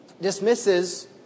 dismisses